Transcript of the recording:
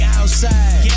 outside